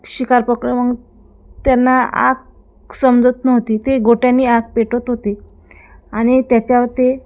शिकार पकड मग त्यांना आग समजत नव्हती ते गोट्यानी आग पेटत होते आणि त्याच्यावर ते